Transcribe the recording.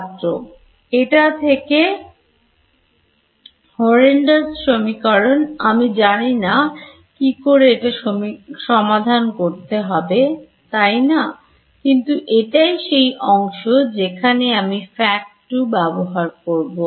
ছাত্র এটা থেকে Horrendous সমীকরণ আমি জানিনা কি করে এটা সমাধান করতে হবে তাইনা কিন্তু এটাই সেই অংশ যেখানে আমি Fact 2 ব্যবহার করব